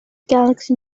galaxy